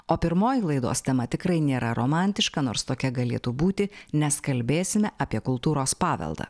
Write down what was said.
o pirmoji laidos tema tikrai nėra romantiška nors tokia galėtų būti nes kalbėsime apie kultūros paveldą